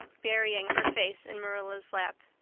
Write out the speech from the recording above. burying her face in marilla's lap.